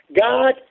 God